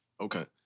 Okay